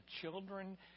children